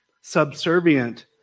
subservient